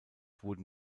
wurden